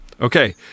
Okay